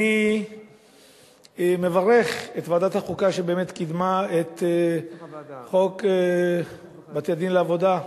אני מברך את ועדת החוקה שבאמת קידמה את חוק בתי-דין לעבודה.